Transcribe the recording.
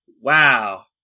Wow